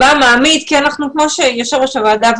כמו שאמרה יושבת ראש הוועדה,